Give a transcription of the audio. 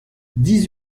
dix